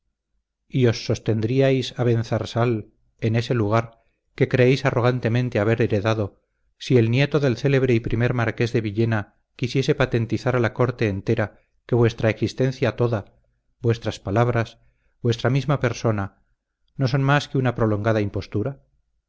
y os sostendríais abenzarsal en ese lugar que creéis arrogantemente haber heredado si el nieto del célebre y primer marqués de villena quisiese patentizar a la corte entera que vuestra existencia toda vuestras palabras vuestra misma persona no son más que una prolongada impostura